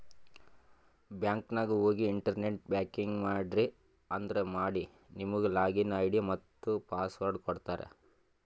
bank ನಾಗ್ ಹೋಗಿ internet banking ಮಾಡ್ರಿ ಅಂದುರ್ ಮಾಡಿ ನಿಮುಗ್ ಲಾಗಿನ್ ಐ.ಡಿ ಮತ್ತ ಪಾಸ್ವರ್ಡ್ ಕೊಡ್ತಾರ್